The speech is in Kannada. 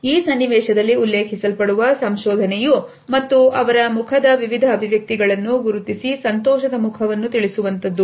ಈ ಸನ್ನಿವೇಶದಲ್ಲಿ ಉಲ್ಲೇಖಿಸಲ್ಪಡುವ ಸಂಶೋಧನೆಯು ಮತ್ತು ಅವರ ಮುಖದ ವಿವಿಧ ಅಭಿವ್ಯಕ್ತಿಗಳನ್ನು ಗುರುತಿಸಿ ಸಂತೋಷದ ಮುಖವನ್ನು ತಿಳಿಸುವಂತದ್ದು